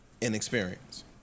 Inexperience